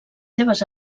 seves